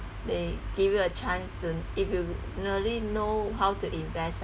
they give you a chance to if you really know how to invest